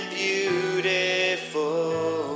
beautiful